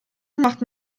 macht